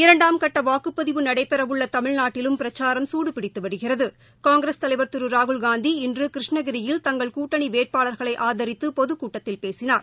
இரண்டாம் கட்டவாக்குப்பதிவு நடைபெறவுள்ளதமிழ் நாட்டிலும் பிரச்சாரம் சூடுபிடித்துவருகிறது காங்கிரஸ் தலைவர் திருராகுல்காந்தி இன்றுகிருஷ்ணகிரியில் தங்கள் கூட்டணிவேட்பாளர்களைஆதரித்துபொதுக்கூட்டத்தில் பேசினார்